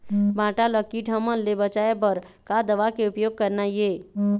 भांटा ला कीट हमन ले बचाए बर का दवा के उपयोग करना ये?